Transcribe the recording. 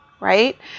Right